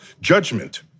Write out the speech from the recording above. judgment